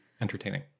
entertaining